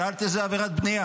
שאלת איזו עבירת בנייה